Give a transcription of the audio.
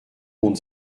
monde